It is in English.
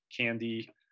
candy